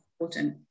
important